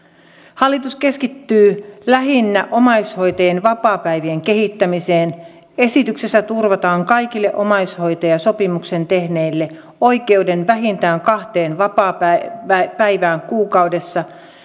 hallitus keskittyy lähinnä omaishoitajien vapaapäivien kehittämiseen esityksessä turvataan kaikille omaishoitajasopimuksen tehneille oikeus vähintään kahteen vapaapäivään kuukaudessa